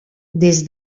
des